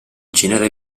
genere